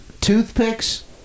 toothpicks